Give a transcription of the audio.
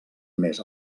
més